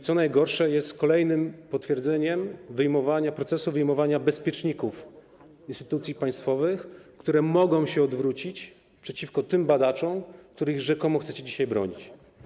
Co najgorsze, jest on kolejnym potwierdzeniem procesu wyjmowania bezpieczników instytucji państwowych, które mogą się odwrócić przeciwko tym badaczom, których rzekomo chcecie dzisiaj bronić.